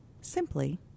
simply